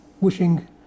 wishing